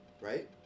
right